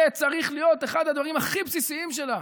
זה צריך להיות אחד הדברים הכי בסיסיים שלה.